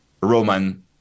Roman